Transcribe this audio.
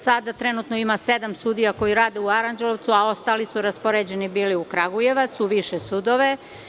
Sada trenutno ima sedam sudija koji rade u Aranđelovcu, a ostali su bili raspoređeni u Kragujevac, u više sudove.